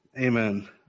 Amen